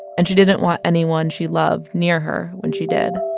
and she didn't want anyone she loved near her when she did